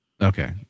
Okay